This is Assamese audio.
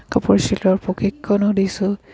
কাপোৰ চিলোৱাৰ প্ৰশিক্ষণো দিছোঁ